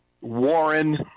Warren